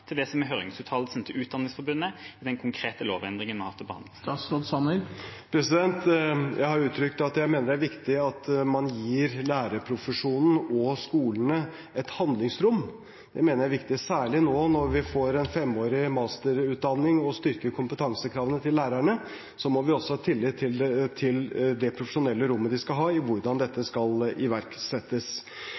er hans kommentar til høringsuttalelsen til Utdanningsforbundet i forbindelse med den konkrete lovendringen vi har til behandling? Jeg har uttrykt at jeg mener det er viktig at man gir lærerprofesjonen og skolene et handlingsrom. Jeg mener det er viktig. Særlig nå når vi får en femårig masterutdanning og styrker kompetansekravene til lærerne, må vi ha tillit til det profesjonelle handlingsrommet de skal ha for hvordan dette skal iverksettes.